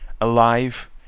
alive